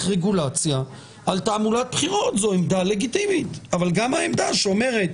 רגולציה על תעמולת בחירות וזו עמדה לגיטימית אבל גם העמדה שאומרת: